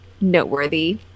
noteworthy